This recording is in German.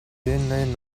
fähnlein